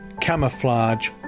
camouflage